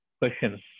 questions